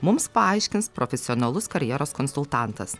mums paaiškins profesionalus karjeros konsultantas